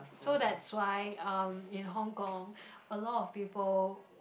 so that's why um in Hong-Kong a lot of people